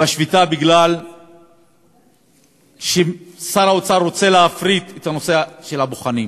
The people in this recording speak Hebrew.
והשביתה היא בגלל ששר האוצר רוצה להפריט את הנושא של הבוחנים